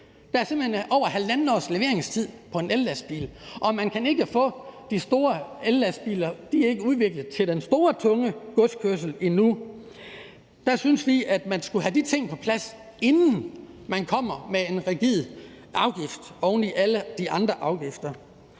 Der er simpelt hen over halvandet års leveringstid på en ellastbil. Og de store ellastbiler er ikke udviklet til den store, tunge godskørsel endnu. Vi synes, at man skal have de ting på plads, inden man kommer med en rigid afgift oven i alle de andre afgifter.